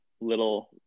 little